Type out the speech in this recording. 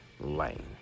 Lane